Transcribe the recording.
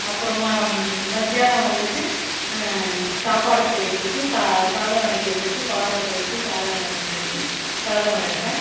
அப்புறமா மதியானம் வந்துட்டு சாப்பாடு செய்கிறத்துக்கு சா சாதம் வைக்கிறதுக்கு பாத்திரத்த வச்சு சாதம் வச்சு சாதம் வடிப்பேன்